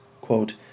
quote